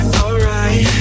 alright